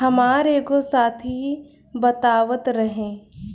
हामार एगो साथी बतावत रहे